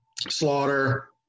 Slaughter